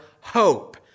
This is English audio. hope